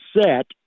set